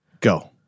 Go